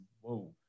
whoa